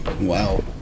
Wow